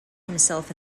himself